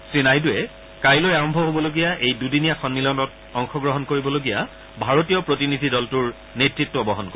শ্ৰীনাইডুৱে কাইলৈ আৰম্ভ হ'বলগীয়া এই দুদিনীয়া সন্মিলনত অংশগ্ৰহণ কৰিবলগীয়া ভাৰতীয় প্ৰতিনিধি দলটোৰ নেতৃত্ব বহন কৰিব